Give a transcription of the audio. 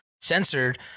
censored